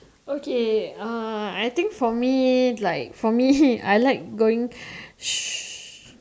okay uh I think for me like for me I like going